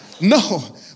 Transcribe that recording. No